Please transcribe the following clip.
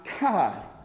God